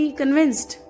convinced